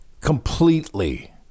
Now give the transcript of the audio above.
completely